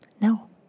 no